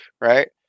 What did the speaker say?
Right